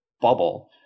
bubble